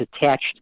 attached